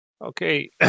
Okay